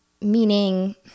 meaning